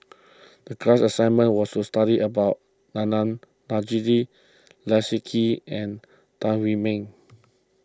the class assignment was to study about Adnan Saidi Leslie Kee and Tan Wu Meng